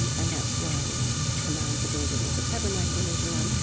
and and that's why he commands the building of the tabernacle later on.